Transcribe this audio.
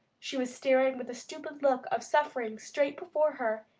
she was staring with a stupid look of suffering straight before her,